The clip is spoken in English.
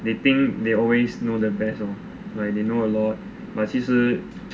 they think they always know the best lor like they know a lot but 其实